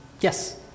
Yes